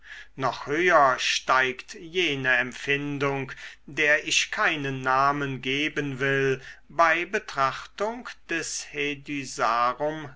noch höher steigt jene empfindung der ich keinen namen geben will bei betrachtung des